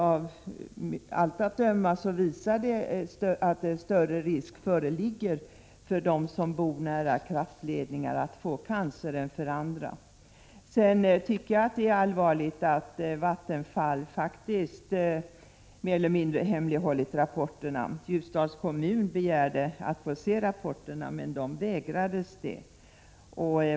Av allt att döma visar de att större risk föreligger för dem som bor nära kraftledningar att få cancer än för andra. Jag tycker att det är allvarligt att Vattenfall faktiskt mer eller mindre hemlighållit rapporterna. Ljusdals kommun begärde att få se rapporterna, men det vägrades.